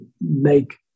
make